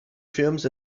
films